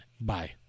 Bye